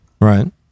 Right